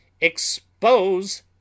expose